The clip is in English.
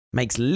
makes